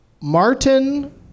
Martin